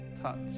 touch